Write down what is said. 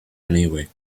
anyway